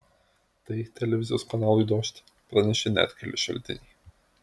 tai televizijos kanalui dožd pranešė net keli šaltiniai